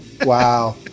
Wow